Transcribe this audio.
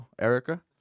Erica